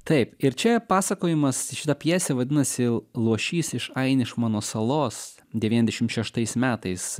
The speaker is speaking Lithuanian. taip ir čia pasakojimas šita pjesė vadinasi luošys iš ainišmano salos devyndešim šeštais metais